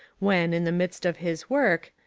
when, in the midst of his work,